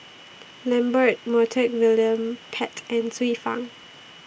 Lambert Montague William Pett and Xiu Fang